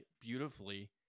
beautifully